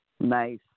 Nice